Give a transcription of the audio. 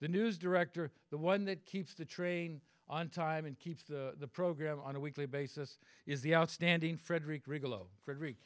the news director the one that keeps the train on time and keeps the program on a weekly basis is the outstanding frederick